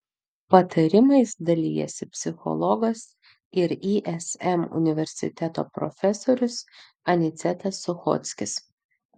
patarimais dalijasi psichologas ir ism universiteto profesorius anicetas suchockis